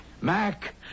Mac